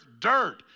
dirt